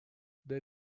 there